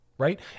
right